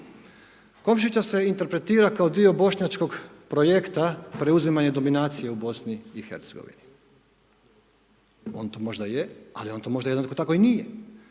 Komšića se interpretira kao dio bošnjačkog projekta preuzimanja dominacije u BiH. On to možda je, ali on to možda jednako tako nije.